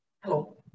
Hello